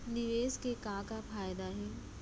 निवेश के का का फयादा हे?